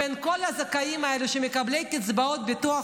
בין כל הזכאים האלו שמקבלים קצבאות ביטוח